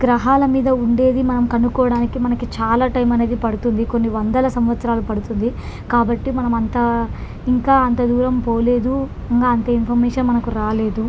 గ్రహాల మీద ఉండేది మనం కనుక్కోడానికి మనకి చాలా టైం అనేది పడుతుంది కొన్ని వందల సంవత్సరాలు పడుతుంది కాబట్టి మనం అంత ఇంకా అంత దూరం పోలేదు ఇంకా అంత ఇన్ఫర్మేషన్ మనకు రాలేదు